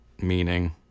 meaning